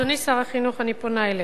אדוני שר החינוך, אני פונה אליך,